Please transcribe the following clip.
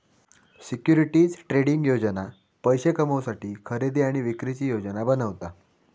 securities trading योजना पैशे कमवुसाठी खरेदी आणि विक्रीची योजना बनवता